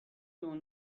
اون